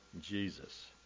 Jesus